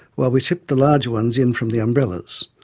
while we tipped the larger ones in from the umbrellas.